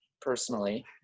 personally